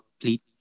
complete